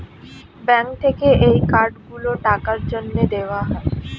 bank থেকে এই card গুলো টাকার জন্যে দেওয়া হয়